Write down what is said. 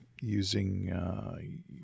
Using